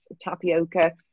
tapioca